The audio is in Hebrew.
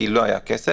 כי לא היה כסף,